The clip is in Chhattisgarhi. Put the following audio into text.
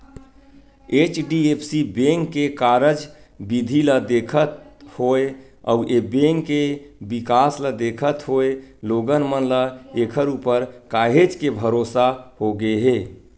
एच.डी.एफ.सी बेंक के कारज बिधि ल देखत होय अउ ए बेंक के बिकास ल देखत होय लोगन मन ल ऐखर ऊपर काहेच के भरोसा होगे हे